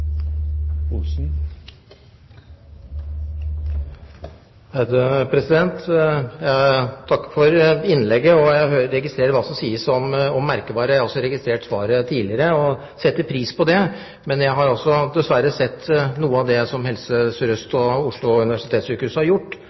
Jeg takker for innlegget. Jeg registrerer hva som sies om merkevare. Jeg har også registrert tidligere svar og setter pris på det. Men jeg har dessverre også sett noe av det som Helse Sør-Øst og Oslo universitetssykehus har gjort